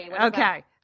Okay